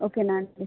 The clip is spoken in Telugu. ఓకేనా